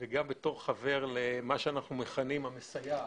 וגם בתור חבר למה שאנחנו מכנים המסייעת.